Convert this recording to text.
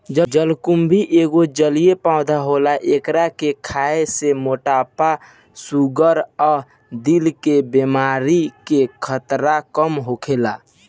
जलकुम्भी एगो जलीय पौधा होला एकरा के खाए से मोटापा, शुगर आ दिल के बेमारी के खतरा कम होखेला